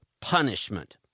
punishment